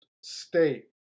state